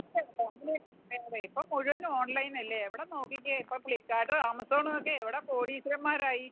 ഇല്ല ചേട്ടാ അങ്ങനെയൊന്നും പറയാതെ ഇപ്പോൾ മുഴുവനും ഓൺലൈനല്ലേ ഇവിടെ നോക്കിക്കേ ഇപ്പോൾ ഫ്ലിപ്പ്കാർട്ടും ആമസോണുമൊക്കെ ഇവിടെ കോടീശ്വരന്മാരായി